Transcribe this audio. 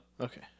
Okay